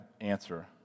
answer